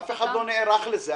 אף אחד לא נערך לזה.